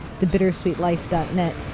thebittersweetlife.net